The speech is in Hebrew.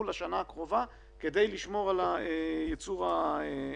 לשנה הקרובה כדי לשמור על הייצור המקומי.